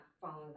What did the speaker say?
following